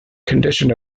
condition